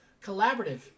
Collaborative